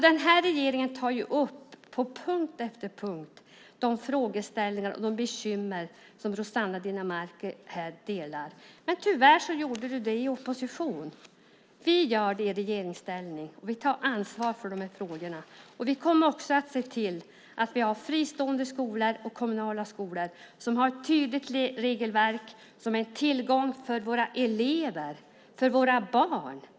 Den här regeringen tar på punkt efter punkt upp de frågeställningar och de bekymmer som Rossana Dinamarca här delar. Men tyvärr gör hon det i opposition. Vi gör det i regeringsställning. Vi tar ansvar för de här frågorna. Vi kommer också att se till att fristående skolor och kommunala skolor har ett tydligt regelverk, som är en tillgång för våra elever, för våra barn.